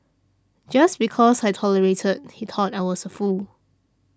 just because I tolerated he thought I was a fool